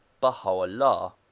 Baha'u'llah